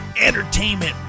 entertainment